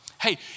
Hey